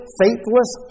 faithless